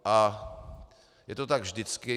A je to tak vždycky.